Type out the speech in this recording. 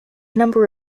number